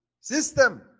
system